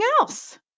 else